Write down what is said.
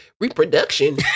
Reproduction